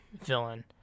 villain